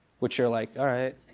which you're like, alright.